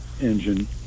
engine